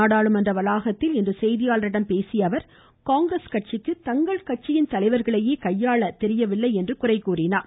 நாடாளுமன்ற வளாகத்தில் இன் று செய்தியாளர்களிடம் பேசிய அவர் காங்கிரஸ் கட்சிக்கு தங்கள் கட்சியின் தலைவர்களையே கையாள முடியவில்லை என்று குறை கூறினார்